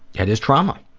that is trauma.